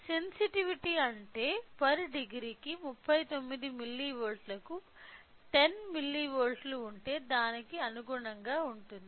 sensitivity అంటే 0C 39 మిల్లీవోల్ట్లకు 10 మిల్లీవోల్ట్లు ఉంటే దానికి అనుగుణంగా ఉంటుంది